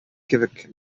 кебек